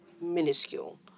minuscule